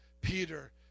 Peter